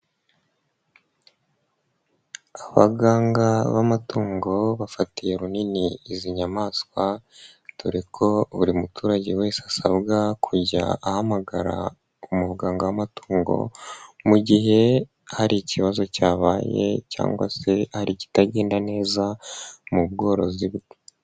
Abaganga b'amatungo bafatiye runini izi nyamaswa dore ko buri muturage wese asabwa kujya ahamagara umuganga w'amatungo. Mu gihe hari ikibazo cyabaye cyangwa se hari ikitagenda neza mu bworozi bwe.